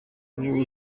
ubu